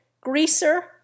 Greaser